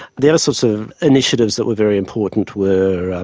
the other sorts of initiatives that were very important were,